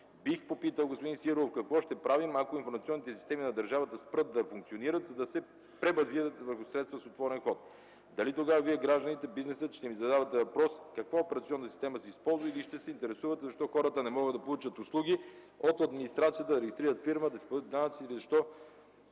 Бих попитал господин Сидеров: какво ще правим, ако информационните системи на държавата спрат да функционират, за да се пребазират върху средства с отворен код? Дали тогава Вие – гражданите и бизнесът, ще ми задавате въпрос каква операционна система се използва или ще се интересувате защо хората не могат да получат услуги от администрацията – да регистрират фирма, да си платят данъците, защо